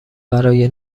برای